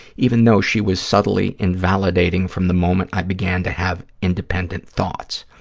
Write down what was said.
even though she was subtly invalidating from the moment i began to have independent thoughts.